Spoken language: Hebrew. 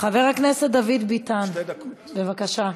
חבר הכנסת דוד ביטן, בבקשה.